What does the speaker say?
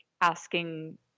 asking